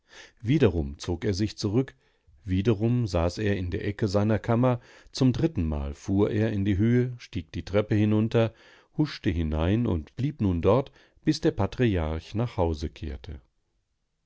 wiederum zog er sich zurück wiederum saß er in der ecke seiner kammer zum drittenmal fuhr er in die höhe stieg die treppe hinunter huschte hinein und blieb nun dort bis der patriarch nach hause kehrte